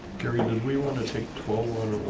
gary, did we want to take twelve